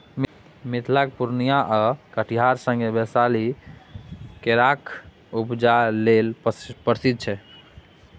मिथिलाक पुर्णियाँ आ कटिहार संगे बैशाली केराक उपजा लेल प्रसिद्ध छै